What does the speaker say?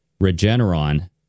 regeneron